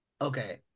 okay